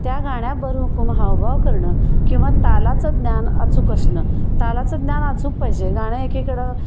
त्या गाण्या बरं हुकूम हावभाव करणं किंवा तालाचं ज्ञान अचूक असणं तालाचं ज्ञान अचूक पहिजे गाणं एकीकडं